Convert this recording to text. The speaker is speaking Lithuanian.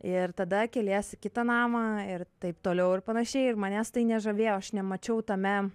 ir tada kelies į kitą namą ir taip toliau ir panašiai ir manęs tai nežavėjo aš nemačiau tame